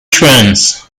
strands